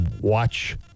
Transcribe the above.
watch